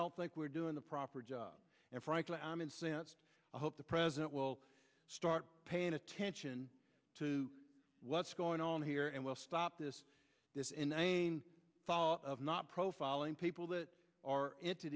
don't think we're doing the proper job and frankly i'm incensed i hope the president will start paying attention to what's going on here and will stop this this inane fall of not profiling people that are